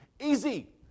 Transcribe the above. Easy